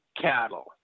cattle